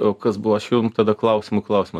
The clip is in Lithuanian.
o kas buvo aš jum tada klausimu į klausimą